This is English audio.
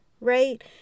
right